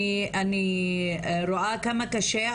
אני רואה כמה קשה,